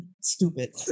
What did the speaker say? stupid